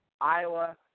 Iowa